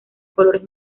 colores